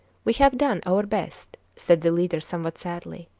we have done our best, said the leader somewhat sadly.